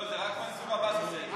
לא, רק מנסור עבאס עושה את זה.